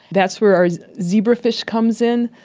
that's where our zebrafish comes in.